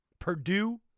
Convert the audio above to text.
Purdue